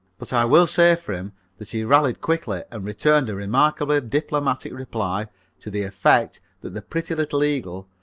but i will say for him that he rallied quickly and returned a remarkably diplomatic reply to the effect that the pretty little eagle,